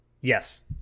Yes